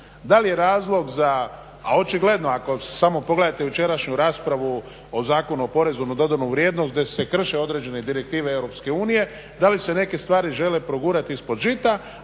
Da li razlog za, a očigledno ako samo pogledate jučerašnju raspravu o Zakonu o PDV-u gdje se krše određene direktive Europske unije, da li se neke stvari žele progurati ispod žita,